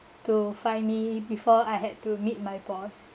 to find me before I had to meet my boss